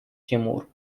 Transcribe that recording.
тимур